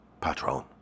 Patron